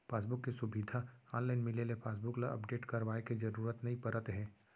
passbook के सुबिधा online मिले ले पासबुक ल अपडेट करवाए के जरूरत नइ परत हे